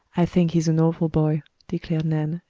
i think he's an awful boy, declared nan.